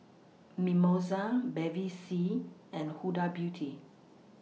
Mimosa Bevy C and Huda Beauty